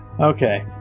Okay